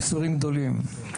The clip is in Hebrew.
ייסורים גדולים.